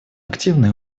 активные